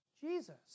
Jesus